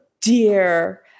dear